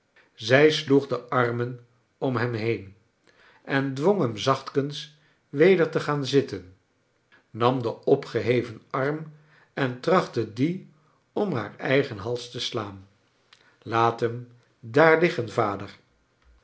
zij sloeg de armon om hem heen en dwong hem zachtkens weder te gaan zitten nam den opgeheven arm en trachtte dien om haar eigen hals te slaan laat hem daar liggen vader